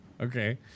Okay